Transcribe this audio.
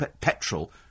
petrol